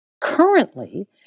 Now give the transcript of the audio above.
Currently